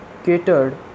catered